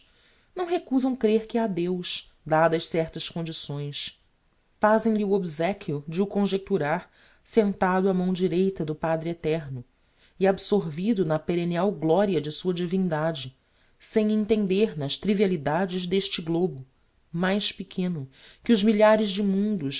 não recusam crêr que ha deus dadas certas condições fazem lhe o obsequio de o conjecturar sentado á mão direita do padre eterno e absorvido na perennal gloria de sua divindade sem entender nas trivialidades d'este globo mais pequeno que os milhares de mundos